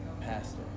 pastor